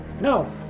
No